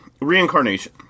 Reincarnation